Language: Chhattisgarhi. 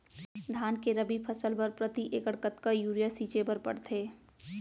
धान के रबि फसल बर प्रति एकड़ कतका यूरिया छिंचे बर पड़थे?